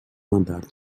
nadar